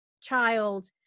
child